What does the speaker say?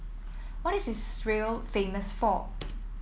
what is Israel famous for